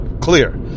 clear